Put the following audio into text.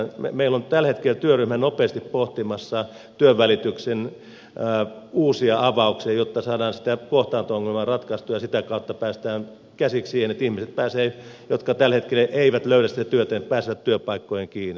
meillä on tällä hetkellä työryhmä nopeasti pohtimassa työnvälitykseen uusia avauksia jotta saadaan sitä kohtaanto ongelmaa ratkaistua ja sitä kautta päästään käsiksi siihen että ihmiset jotka tällä hetkellä eivät löydä sitä työtä pääsevät työpaikkoihin kiinni